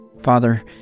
Father